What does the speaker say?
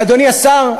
אדוני השר,